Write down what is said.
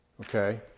Okay